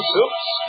Soups